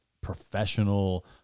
professional